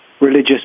religious